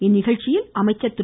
இந்நிகழ்ச்சியில் அமைச்சர் திரு